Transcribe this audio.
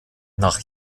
nach